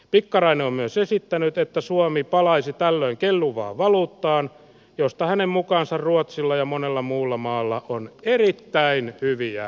pikkarainen on myös esittänyt että suomi palaisi tällöin kelluvaan valuuttaan josta hänen mukaansa ruotsilla ja monella muulla maalla on erittäin hyviä ja